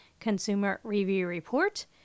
ConsumerReviewReport